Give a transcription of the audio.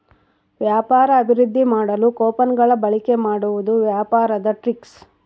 ವ್ಯಾಪಾರ ಅಭಿವೃದ್ದಿ ಮಾಡಲು ಕೊಪನ್ ಗಳ ಬಳಿಕೆ ಮಾಡುವುದು ವ್ಯಾಪಾರದ ಟ್ರಿಕ್ಸ್